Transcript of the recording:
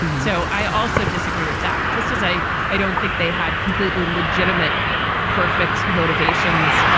so i also disagree with that just as i i don't think they had completely legitimate perfect motivations.